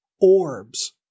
Orbs